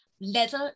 Leather